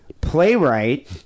playwright